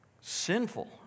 sinful